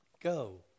go